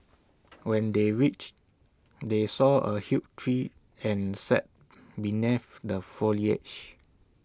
when they reached they saw A huge tree and sat beneath the foliage